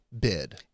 bid